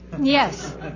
Yes